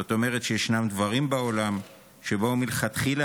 זאת אומרת שישנם דברים בעולם שבאו מלכתחילה